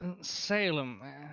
Salem